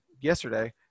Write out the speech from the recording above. yesterday